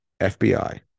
FBI